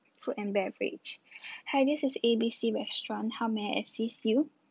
food and beverage hi this is A B C restaurant how may I assist you